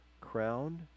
crowned